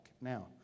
now